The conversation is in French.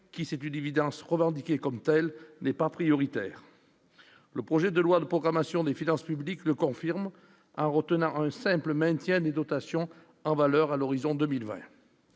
qui, c'est d'une évidence revendiquée comme telle n'est pas prioritaire, le projet de loi de programmation des finances publiques le confirme à retenir le simple maintien des dotations en valeur à l'horizon 2020,